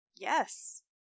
Yes